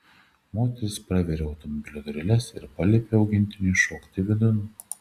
moteris praveria automobilio dureles ir paliepia augintiniui šokti vidun